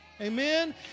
Amen